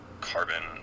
carbon